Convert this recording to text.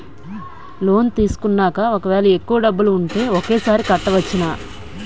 Loan తీసుకున్నాక ఒకవేళ ఎక్కువ డబ్బులు ఉంటే ఒకేసారి కట్టవచ్చున?